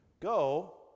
Go